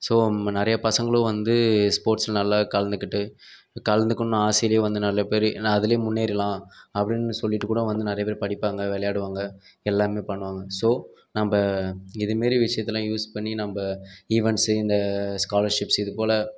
so நிறைய பசங்களும் வந்து ஸ்போர்ட்ஸில் நல்லா கலந்துக்கிட்டு கலந்துக்கணும் ஆசையிலையே வந்து நல்ல பெரி அதிலையே முன்னேறிடலாம் அப்படின்னு சொல்லிட்டு கூட வந்து நிறைய பேர் படிப்பாங்க விளயாடுவாங்க எல்லாமே பண்ணுவாங்க ஸோ நம்ப இதுமாரி விஷயத்தலாம் யூஸ் பண்ணி நம்ப ஈவன்ட்ஸ் இந்த ஸ்காலர்ஷிப்ஸ் இதுப்போல